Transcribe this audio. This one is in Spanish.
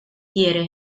quiere